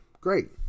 great